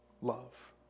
love